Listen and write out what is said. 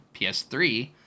PS3